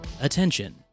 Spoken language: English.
Attention